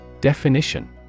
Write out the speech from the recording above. Definition